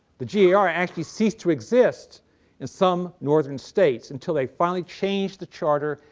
the yeah gar actually ceased to exist in some northern states until they finally changed the charter,